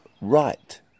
right